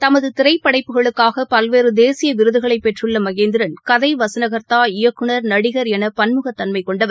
தமதுதிரைப்படைப்புகளுக்காக பல்வேறுதேசியவிருதுகளைப் பெற்றுள்ளமகேந்திரன் கதைவசனகா்த்தா இயக்குநா் நடிகள் எனபன்முகதன்மைகொண்டவர்